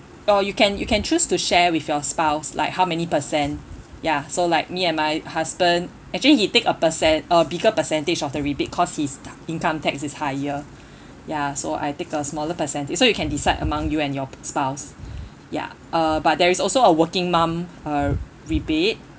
or you can you can choose to share with your spouse like how many percent ya so like me and my husband actually he take a percent a bigger percentage of the rebate cause his income tax is higher ya so I take a smaller percentage so you can decide among you and your spouse ya uh but there is also a working mum uh rebate